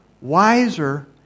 wiser